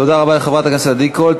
תודה רבה לחברת הכנסת עדי קול.